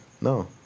no